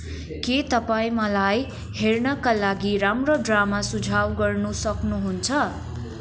के तपाईँ मलाई हेर्नाका लागि राम्रो ड्रामा सुझाउ गर्नु सक्नुहुन्छ